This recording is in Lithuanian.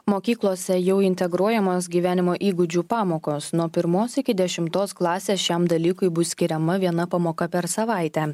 mokyklose jau integruojamos gyvenimo įgūdžių pamokos nuo pirmos iki dešimtos klasės šiam dalykui bus skiriama viena pamoka per savaitę